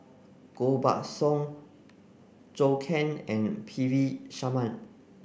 Koh Buck Song Zhou Can and P V Sharma